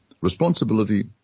Responsibility